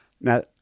now